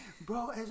bro